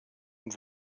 und